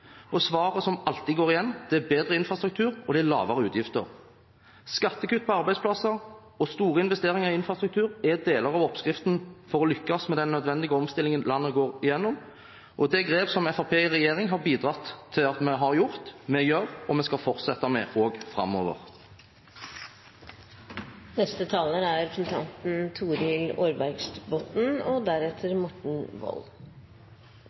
og svaret som alltid går igjen, er bedre infrastruktur og lavere utgifter. Skattekutt på arbeidsplasser og store investeringer i infrastruktur er deler av oppskriften for å lykkes med den nødvendige omstillingen landet går igjennom, og det er grep som Fremskrittspartiet i regjering har bidratt til at vi har gjort, gjør og skal fortsette med også framover. Norge trenger flere arbeidsplasser som bidrar til statsbudsjettet, og